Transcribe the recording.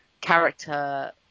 character